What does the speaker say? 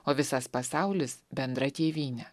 o visas pasaulis bendra tėvynė